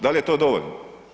Da li je to dovoljno?